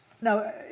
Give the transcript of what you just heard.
Now